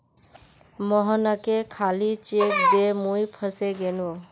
मोहनके खाली चेक दे मुई फसे गेनू